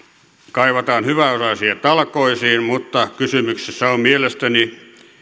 kaivataan hyväosaisia talkoisiin mutta kysymyksessä on mielestäni